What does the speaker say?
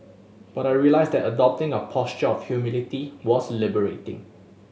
but I realised that adopting a posture of humility was liberating